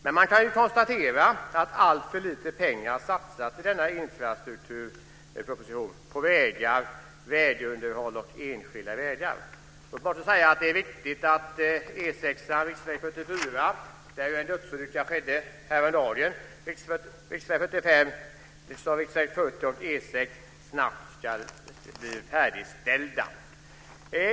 Men man kan konstatera att alltför lite pengar satsas på vägar, vägunderhåll och enskilda vägar i denna infrastrukturproposition. Det är viktigt att E 6, riksväg 44, där en dödsolycka skedde häromdagen, riksväg 45 och riksväg 40 snabbt blir färdigställda.